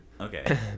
Okay